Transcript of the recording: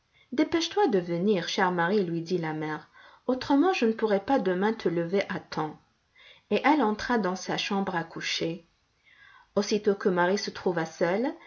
dépêche-toi de venir chère marie lui dit la mère autrement je ne pourrais pas demain te lever à temps et elle entra dans sa chambre à coucher aussitôt que marie se trouva seule